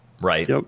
Right